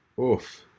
Oof